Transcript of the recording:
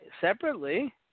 separately